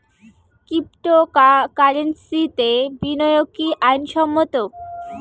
ক্রিপ্টোকারেন্সিতে বিনিয়োগ কি আইন সম্মত?